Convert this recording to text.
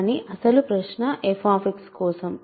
కాని అసలు ప్రశ్న f కోసం